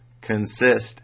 consist